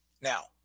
Now